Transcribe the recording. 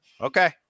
Okay